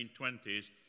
1920s